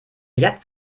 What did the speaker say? jetzt